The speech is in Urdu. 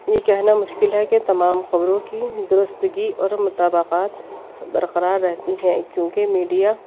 یہ کہنا مشکل ہے کہ تمام خبروں کی درستگی اور مطابقات برقرار رہتی ہیں کیونکہ میڈیا